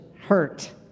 hurt